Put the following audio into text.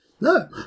No